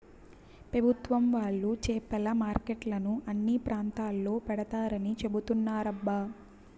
పెభుత్వం వాళ్ళు చేపల మార్కెట్లను అన్ని ప్రాంతాల్లో పెడతారని చెబుతున్నారబ్బా